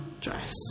dress